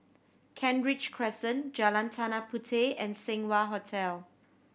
Kent Ridge Crescent Jalan Tanah Puteh and Seng Wah Hotel